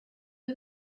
you